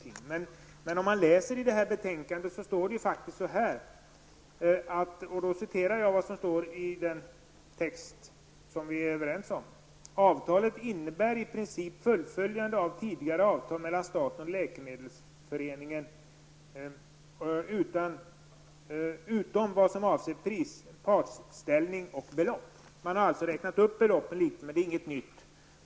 I betänkandet står emellertid att läsa: ''Avtalet innebär i princip fullföljande av tidigare avtal mellan staten och läkemedelsindustriföreningen utom vad avser partsställning och belopp --.'' Man har alltså räknat upp beloppen, men det är ingenting nytt.